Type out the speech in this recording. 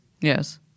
Yes